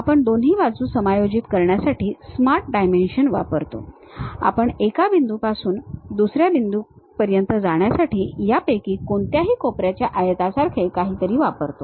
आपण दोन्ही बाजू समायोजित करण्यासाठी स्मार्ट डायमेन्शन वापरतो आपण एका बिंदूपासून दुसऱ्या बिंदूपर्यंत जाण्यासाठी यापैकी कोणत्याही कोपऱ्याच्या आयतासारखे काहीतरी वापरतो